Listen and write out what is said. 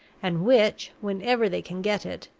and which, whenever they can get it,